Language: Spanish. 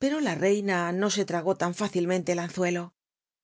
pero la reina no se tragó tan fitc ilmcnle el anzuelo